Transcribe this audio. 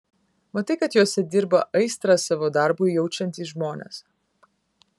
matai kad juose dirba aistrą savo darbui jaučiantys žmonės